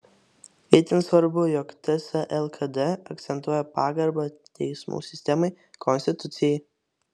itin svarbu jog ts lkd akcentuoja pagarbą teismų sistemai konstitucijai